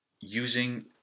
using